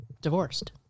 divorced